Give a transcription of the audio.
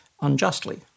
unjustly